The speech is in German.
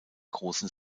großen